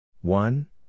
one